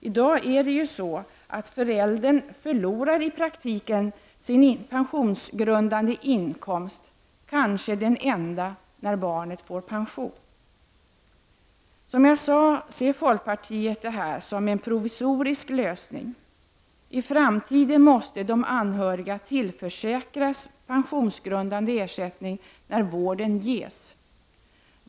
I dag är det så att föräldern i praktiken förlorar sin pensionsgrundande inkomst, kanske den enda, när barnet får pension. Som jag sade ser folkpartiet det här som en provisorisk lösning. I framtiden måste de anhöriga tillförsäkras pensionsgrundande ersättning när vården ges.